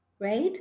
right